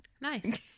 nice